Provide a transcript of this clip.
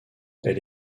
elle